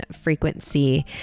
Frequency